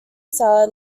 salad